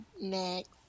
Next